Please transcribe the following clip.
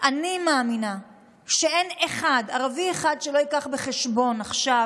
אני מאמינה שאין ערבי אחד שלא יביא בחשבון עכשיו